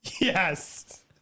yes